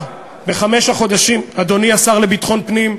בחמשת החודשים, אדוני השר לביטחון פנים,